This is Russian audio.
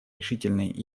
решительной